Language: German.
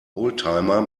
oldtimer